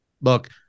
look